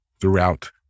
throughout